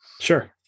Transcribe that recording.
Sure